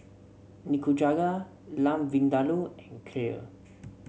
Nikujaga Lamb Vindaloo and Kheer